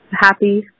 happy